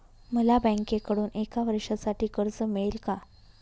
मला बँकेकडून एका वर्षासाठी कर्ज मिळेल का?